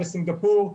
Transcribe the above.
בסינגפור,